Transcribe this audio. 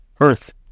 earth